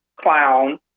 clown